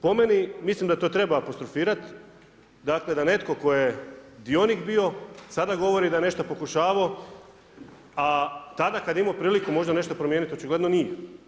Po meni, mislim da to treba apostrofirati dakle da netko tko je dionik bio sada govori da je nešto pokušavao, a tada kada je imao priliku možda nešto promijeniti očigledno nije.